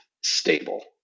stable